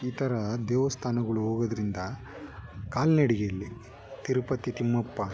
ಈ ಥರ ದೇವಸ್ಥಾನಗಳು ಹೋಗೋದರಿಂದ ಕಾಲ್ನಡಿಗೆಯಲ್ಲಿ ತಿರುಪತಿ ತಿಮ್ಮಪ್ಪ